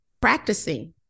practicing